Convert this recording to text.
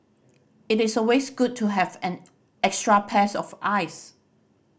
it is always good to have an extra pairs of eyes